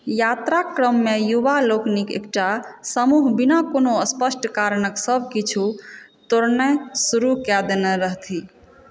यात्राक क्रममे युवा लोकनिक एकटा समूह बिना कोनो स्पष्ट कारणक सब किछु तोड़नाइ शुरू कए देने रहथि